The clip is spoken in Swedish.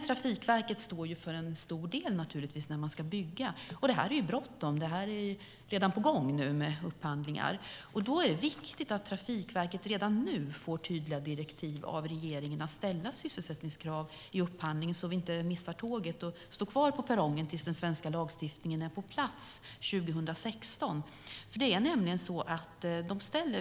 Trafikverket står dock för en stor del när man ska bygga. Och det här är bråttom. Upphandlingar är redan på gång. Då är det viktigt att Trafikverket redan nu får tydliga direktiv av regeringen att ställa sysselsättningskrav i upphandlingen så att vi inte missar tåget och står kvar på perrongen tills den svenska lagstiftningen är på plats 2016.